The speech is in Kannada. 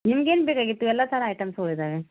ನಿಮ್ಗೇನು ಬೇಕಾಗಿತ್ತು ಎಲ್ಲ ಥರ ಐಟಮ್ಸ್ಗಳು ಇದಾವೆ